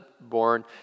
born